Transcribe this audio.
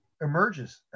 emerges